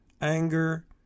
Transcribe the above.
anger